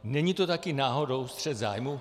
Není to také náhodou střet zájmů?